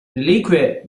reliquie